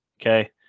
Okay